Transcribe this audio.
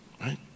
right